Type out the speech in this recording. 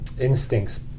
instincts